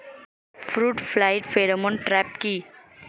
Fruit fly pheromone trap কি?